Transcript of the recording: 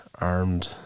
armed